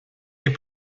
des